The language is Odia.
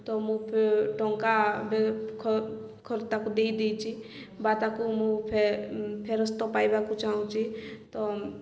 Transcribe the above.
ତ ମୁଁ ପେ ଟଙ୍କା ତାକୁ ଦେଇଦେଇଛି ବା ତାକୁ ମୁଁ ଫେ ଫେରସ୍ତ ପାଇବାକୁ ଚାହୁଁଛି ତ